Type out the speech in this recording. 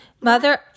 Mother